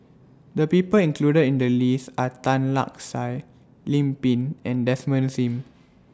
The People included in The list Are Tan Lark Sye Lim Pin and Desmond SIM